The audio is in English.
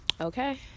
okay